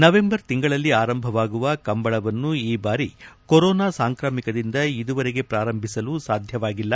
November ತಿಂಗಳಲ್ಲಿ ಆರಂಭವಾಗುವ ಕಂಬಳವನ್ನು ಈ ಬಾರಿ ಕೋರೋನಾ ಸಾಂಕ್ರಾಮಿಕದಿಂದ ಇದುವರೆಗೆ ಪ್ರಾರಂಭಿಸಲು ಸಾಧ್ಯವಾಗಿಲ್ಲ